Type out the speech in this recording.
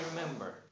remember